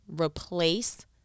replace